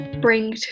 bring